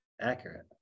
accurate